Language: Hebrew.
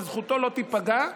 שזכותו לא תיפגע,